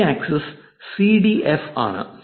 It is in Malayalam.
Y axis C D F ആണ്